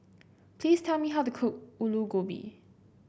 please tell me how to cook Aloo Gobi